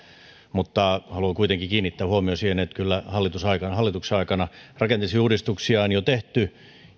haluan kuitenkin kiinnittää huomiota siihen että kyllä hallituksen aikana rakenteellisia uudistuksia on jo tehty